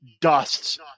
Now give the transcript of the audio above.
dusts